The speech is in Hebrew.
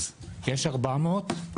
יש כ-400,